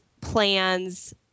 plans